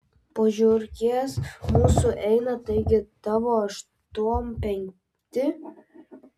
po žiurkės mūsų eina taigi tavo aštuom penkti